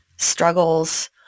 struggles